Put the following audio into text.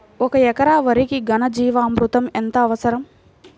ఒక ఎకరా వరికి ఘన జీవామృతం ఎంత అవసరం?